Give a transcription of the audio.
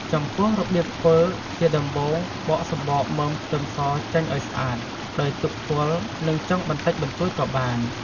ចំពោះ របៀបធ្វើជាដំបូងបកសំបកមើមខ្ទឹមសចេញឱ្យស្អាត ដោយទុកគល់ និងចុងបន្តិចបន្តួចក៏បាន។